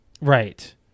Right